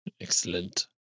Excellent